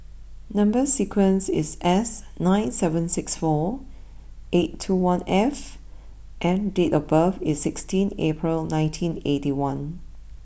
number sequence is S nine seven six four eight two one F and date of birth is sixteen April nineteen eighty one